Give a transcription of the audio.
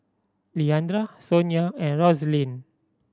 Leandra Sonya and Roslyn